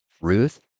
Ruth